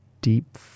deep